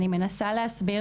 אני מנסה להסביר,